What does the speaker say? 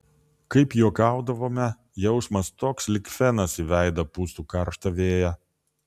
kaip juokaudavome jausmas toks lyg fenas į veidą pūstų karštą vėją